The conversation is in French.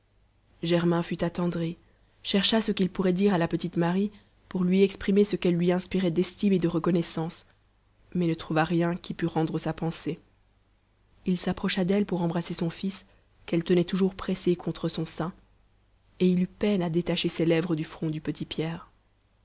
germain fut attendri chercha ce qu'il pourrait dire à la petite marie pour lui exprimer ce qu'elle lui inspirait d'estime et de reconnaissance mais ne trouva rien qui pût rendre sa pensée il s'approcha d'elle pour embrasser son fils qu'elle tenait toujours pressé contre son sein et il eut peine à détacher ses lèvres du front du petit